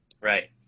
Right